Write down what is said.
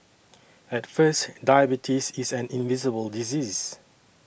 at first diabetes is an invisible disease